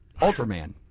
Ultraman